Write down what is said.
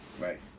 right